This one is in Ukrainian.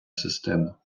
система